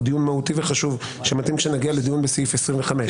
הוא דיון מהותי וחשוב שמתאים כשנגיע לדיון בסעיף 25,